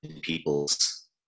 people's